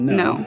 no